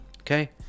Okay